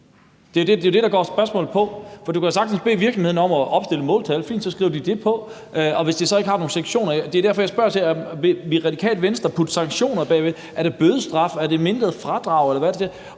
Det er jo det, spørgsmålet går på. For du kan jo sagtens bede virksomheden om at opstille et måltal, fint, og så skriver de det på, men skal der så ikke være nogen sanktioner? Og det er derfor, jeg spørger til: Vil Radikale Venstre putte sanktioner bagved? Er det bødestraf? Er det et mindre fradrag,